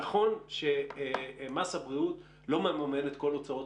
נכון שמס הבריאות לא מממן את כל הוצאות